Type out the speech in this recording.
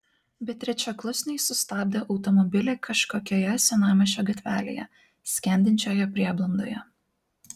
beatričė klusniai sustabdė automobilį kažkokioje senamiesčio gatvelėje skendinčioje prieblandoje